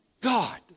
God